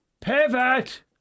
Pivot